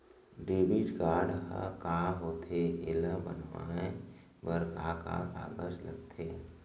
Debit card ह का होथे एला बनवाए बर का का कागज लगथे?